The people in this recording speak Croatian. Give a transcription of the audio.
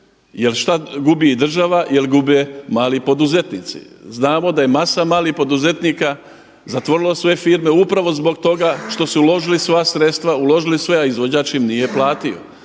jel šta gubi država, jel gube mali poduzetnici. Znamo da je masa malih poduzetnika zatvorilo svoje firme upravo zbog toga što su uložili svoja sredstva, uložili sve a izvođač im nije platio.